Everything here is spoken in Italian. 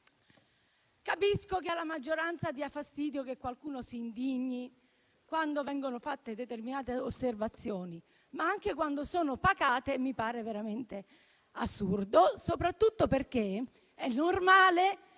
Capisco che alla maggioranza dia fastidio che qualcuno si indigni quando vengono fatte determinate osservazioni, ma anche quando sono pacate mi pare veramente assurdo, soprattutto perché è normale